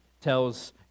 tells